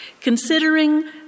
considering